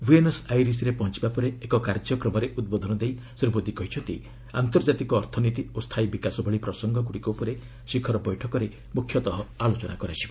Buenos ଆଇରିସ୍ରେ ପହଞ୍ଚବା ପରେ ଏକ କାର୍ଯ୍ୟକ୍ରମରେ ଉଦ୍ବୋଧନ ଦେଇ ଶ୍ରୀ ମୋଦି କହିଛନ୍ତି ଆନ୍ତର୍କାତିକ ଅର୍ଥନୀତି ଓ ସ୍ଥାୟୀ ବିକାଶ ଭଳି ପ୍ରସଙ୍ଗଗୁଡ଼ିକ ଉପରେ ଶିଖର ବୈଠକରେ ମୁଖ୍ୟତଃ ଆଲୋଚନା ହେବ